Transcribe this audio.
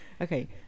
Okay